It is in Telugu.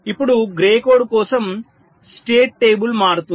ఇప్పుడు గ్రే కోడ్ కోసం స్టేట్ టేబుల్ మారుతుంది